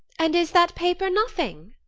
and is that paper nothing?